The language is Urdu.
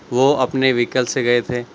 وہ اپنے وہیکل سے گئے تھے